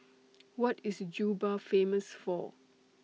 What IS Juba Famous For